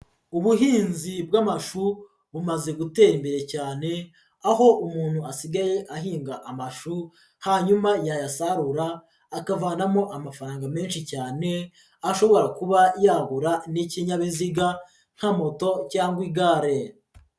Ubuhinzi bw'amafu, bumaze gutera imbere cyane, aho umuntu asigaye ahinga amashu, hanyuma yayasarura akavanamo amafaranga menshi cyane, ashobora kuba yagura n'ikinyabiziga nka moto cyangwa igare.